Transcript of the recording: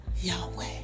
Yahweh